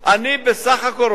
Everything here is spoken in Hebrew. אני בסך הכול רוצה